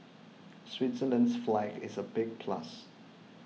Switzerland's flag is a big plus